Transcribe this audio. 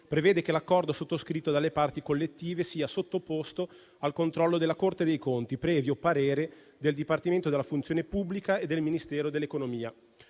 prevede che l'accordo sottoscritto dalle parti collettive sia «sottoposto al controllo della Corte dei conti, previo parere del Dipartimento della funzione pubblica e del Ministero dell'economia».